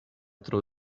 tro